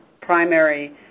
primary